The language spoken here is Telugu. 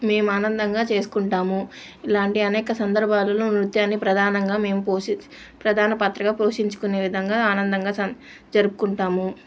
మేం ఆనందంగా చేస్కుంటాము ఇలాంటి అనేక సందర్భాలలో నృత్యాన్ని ప్రధానంగా మేం పోషి ప్రధాన పాత్రగా పోషించుకునే విధంగా ఆనందంగా సన్ జరుపుకుంటాము